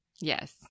yes